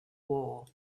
war